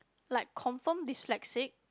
like confirm dyslexic